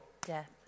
death